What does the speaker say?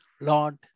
lord